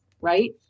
right